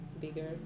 bigger